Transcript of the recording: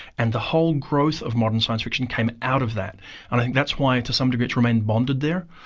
and the whole growth of modern science-fiction came out of that. and i think that's why to some degree it's remained bonded there,